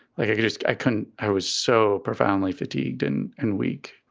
like, i just i couldn't. i was so profoundly fatigued and and weak.